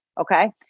okay